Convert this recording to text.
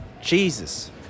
Jesus